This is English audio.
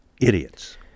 idiots